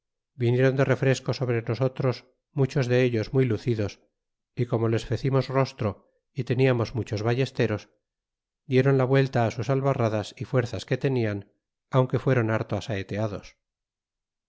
vinieron de refresco sobre nosotros muchos lbs muy hiel os y corno les recintos rostro y te olamos muchos ballesteros dieron la vuelta sus albarradas y fuerzas que teriae aunque fuéron harto asaeteados